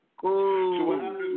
Cool